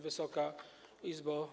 Wysoka Izbo!